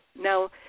Now